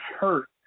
hurt